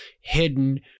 hidden